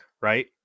right